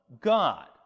God